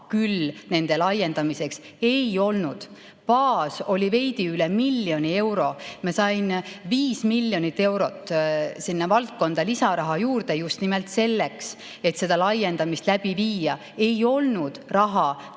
küll selleks laiendamiseks ei olnud. Baas oli veidi üle 1 miljoni euro, ma sain 5 miljonit eurot sinna valdkonda lisaraha juurde just nimelt selleks, et seda laiendamist läbi viia. Ei olnud raha